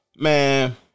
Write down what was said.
Man